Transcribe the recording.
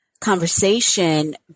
conversation